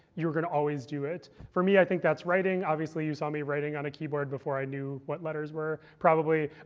you're going to always do it. for me, i think that's writing. obviously, you saw me writing on a keyboard before i knew what letters were, probably.